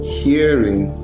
hearing